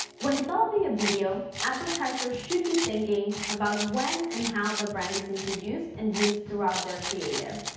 when developing a video, advertisers should be thinking about when and how the brand is introduced and used throw their creative.